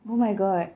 oh my god